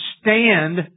stand